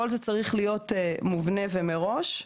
כל זה צריך להיות מובנה מראש.